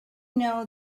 know